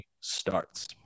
starts